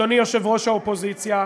אדוני יושב-ראש האופוזיציה,